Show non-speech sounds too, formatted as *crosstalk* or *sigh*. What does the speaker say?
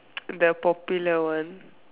*noise* the popular one